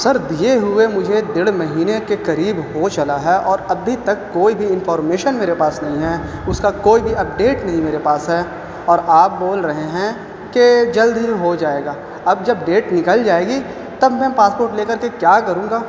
سر دیے ہوئے مجھے ڈیڑھ مہینے کے قریب ہو چلا ہے اور ابھی تک کوئی بھی انفارمیشن میرے پاس نہیں ہے اس کا کوئی بھی اپڈیٹ نہیں میرے پاس ہے اور آپ بول رہے ہیں کہ جلد ہی ہو جائے گا اب جب ڈیٹ نکل جائے گی تب میں پاسپورٹ لے کر کے کیا کروں گا